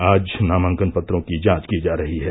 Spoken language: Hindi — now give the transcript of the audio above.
आज नामांकन पत्रों की जांच की जा रही है